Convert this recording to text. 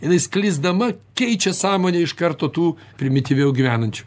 jinai sklisdama keičia sąmonę iš karto tų primityviau gyvenančių